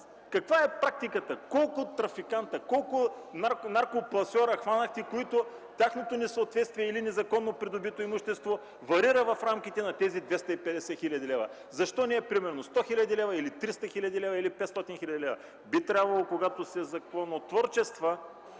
Каква е практиката? Колко трафиканти, колко наркопласьори хванахте, на които несъответствието или незаконно придобито имущество варира в рамките на тези 250 хил. лв.? Защо не е, примерно, 100 хил. лв. или 300 хил. лв., или 500 хил. лв.? Би трябвало, когато се законотворчества